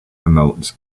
promote